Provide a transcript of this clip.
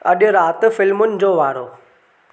अॼु राति फ़िल्मुनि जो वारो